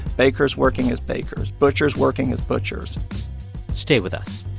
bakers working as bakers. butchers working as butchers stay with us